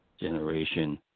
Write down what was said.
generation